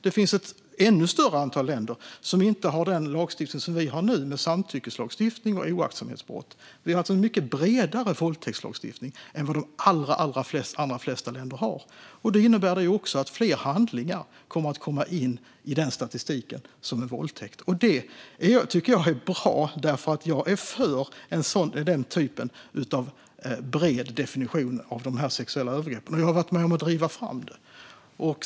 Det finns ett ännu större antal länder som inte har den lagstiftning vi har nu i form av en samtyckeslagstiftning och oaktsamhetsbrott. Sverige har alltså en mycket bredare våldtäktslagstiftning än vad de allra flesta länder har. Det innebär att fler handlingar kommer att komma in i statistiken som våldtäkt. Det tycker jag är bra eftersom jag är för den typen av bred definition av dessa sexuella övergrepp. Jag har varit med om att driva fram lagen.